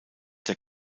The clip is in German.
der